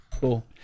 Cool